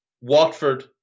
Watford